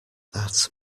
that